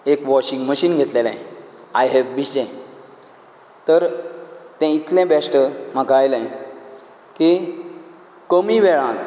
एक washing machine घेतलेले I F B चे तर तें इतलें बेश्ट म्हाका आयलें की कमी वेळांत